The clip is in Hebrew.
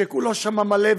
שכולו מלא,